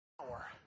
power